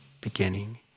beginning